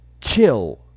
Chill